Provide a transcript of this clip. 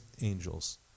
angels